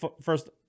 first